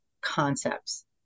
concepts